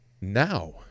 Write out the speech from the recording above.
now